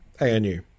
ANU